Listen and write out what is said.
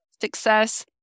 success